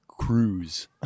Cruise